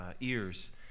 ears